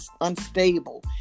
unstable